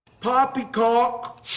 Poppycock